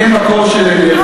כמקור של אנרגיה,